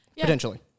potentially